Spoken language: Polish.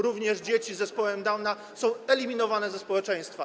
Również dzieci z zespołem Downa są eliminowane ze społeczeństwa.